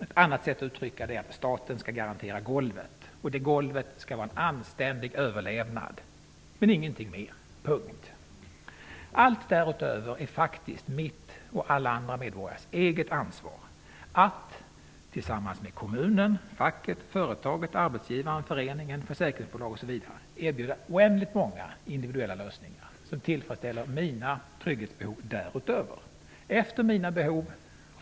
Ett annat sätt att uttrycka det är att staten skall garantera golvet, och det golvet skall vara en anständig överlevnad men ingenting mer -- punkt. Allt därutöver är faktiskt mitt och alla andra medborgares eget ansvar att tillsammans med kommunen, facket, företaget, arbetsgivaren, föreningen, försäkringsbolag osv. välja någon av oändligt många individuella lösningar som tillfredsställer mina trygghetsbehov, efter mina behov